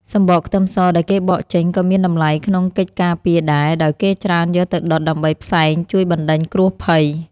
សំបកខ្ទឹមសដែលគេបកចេញក៏មានតម្លៃក្នុងកិច្ចការពារដែរដោយគេច្រើនយកទៅដុតដើម្បីផ្សែងជួយបណ្តេញគ្រោះភ័យ។